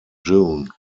june